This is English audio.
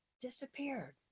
disappeared